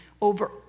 over